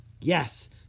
Yes